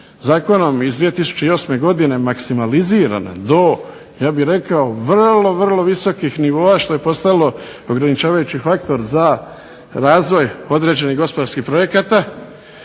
zakonom iz 2008. godine maksimaliziran do ja bih rekao vrlo, vrlo visokih nivoa što je postalo ograničavajući faktor za razvoj određenih gospodarskih projekata